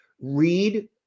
read